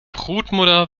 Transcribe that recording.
grootmoeder